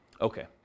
Okay